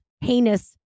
heinous